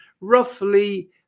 roughly